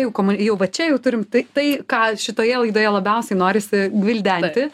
jau komun jau va čia jau turim tai tai ką šitoje laidoje labiausiai norisi gvildenti